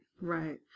right